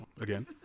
again